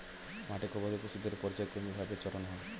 মাঠে গবাদি পশুদের পর্যায়ক্রমিক ভাবে চরানো হয়